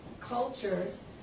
cultures